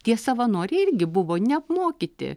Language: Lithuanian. tie savanoriai irgi buvo neapmokyti